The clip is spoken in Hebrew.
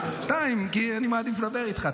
2. כי אני מעדיף לדבר איתך,